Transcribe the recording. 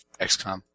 XCOM